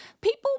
People